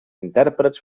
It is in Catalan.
intèrprets